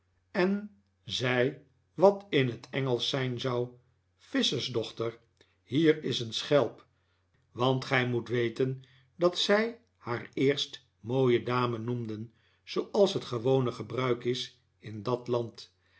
en zei wat in het engelsch zijn zou visschersdochter hier is een schelp want gij moet weten dat zij haar eerst mooie dame noemden zooals het gewone gebruik is in dat land